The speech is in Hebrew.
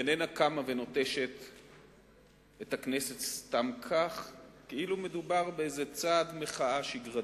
איננה קמה ונוטשת את הכנסת סתם כך כאילו מדובר באיזה צעד מחאה שגרתי.